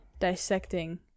dissecting